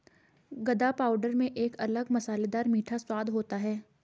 गदा पाउडर में एक अलग मसालेदार मीठा स्वाद होता है